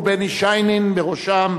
ובני שיינין בראשו,